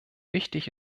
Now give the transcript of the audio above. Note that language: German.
wichtig